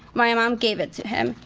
my mom gave it to him.